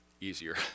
easier